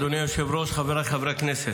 אדוני היושב-ראש, חבריי חברי הכנסת,